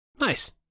Nice